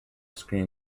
screen